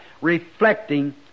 reflecting